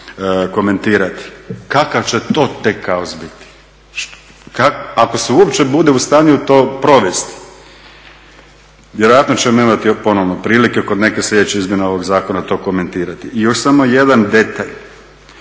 komentirati. Kakav će to tek kaos biti, ako se uopće bude u stanju to provesti. Vjerojatno ćemo imati ponovno prilike kod neke slijedeće izmjene ovog zakona to komentirati. I još samo jedan detalj,